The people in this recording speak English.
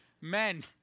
Men